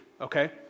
okay